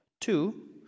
Two